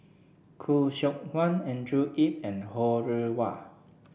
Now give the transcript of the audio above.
Khoo Seok Wan Andrew Yip and Ho Rih Hwa